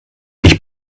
ich